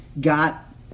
got